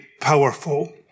powerful